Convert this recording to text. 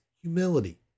humility